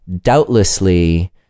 doubtlessly